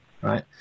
right